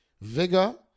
vigor